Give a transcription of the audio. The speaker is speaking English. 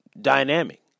dynamic